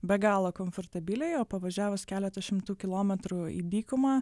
be galo komfortabiliai o pavažiavus keletą šimtų kilometrų į dykumą